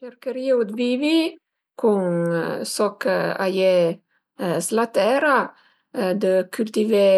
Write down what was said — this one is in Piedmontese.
Cercherìu d'vivi cun soch a ie s'la tera, dë cültivé